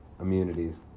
Immunities